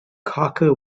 cocker